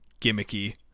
gimmicky